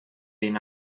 been